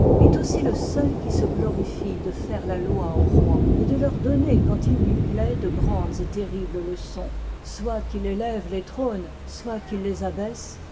est aussi le seul qui se glorifie de faire la loi aux rois et de leur donner quand il lui plaît de grandes et terribles leçons soit qu'il élève les trônes soit qu'il les abaisse